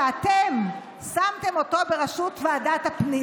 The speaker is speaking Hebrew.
שאתם שמתם אותו בראשות ועדת הפנים,